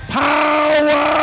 power